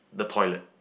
the toilet